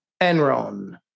Enron